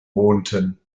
wohnten